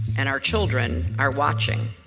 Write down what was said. and our children, are watching.